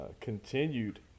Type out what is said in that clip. continued